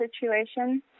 situation